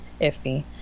iffy